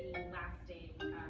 and last day